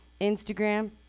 Instagram